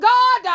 God